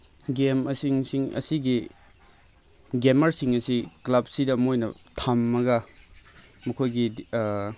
game ꯁꯤꯡ ꯑꯁꯤꯒꯤ ꯒꯦꯝꯃꯔꯁꯤꯡ ꯑꯁꯤ ꯀ꯭ꯂꯕꯁꯤꯗ ꯃꯣꯏꯅ ꯊꯝꯃꯒ ꯃꯈꯣꯏꯒꯤ